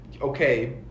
Okay